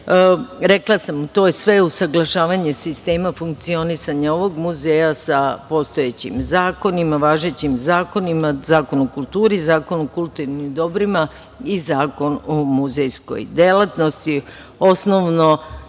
Rekla sam, to je sve usaglašavanje sistema funkcionisanja ovog muzeja sa postojećim zakonima, važećim zakonima, Zakon o kulturi, Zakon o kulturnim dobrima i Zakon o muzejskoj delatnosti. Osnovna